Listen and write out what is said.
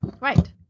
Right